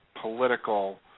political